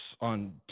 on